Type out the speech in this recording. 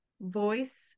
voice